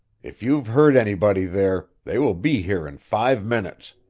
if you've heard anybody there, they will be here in five minutes.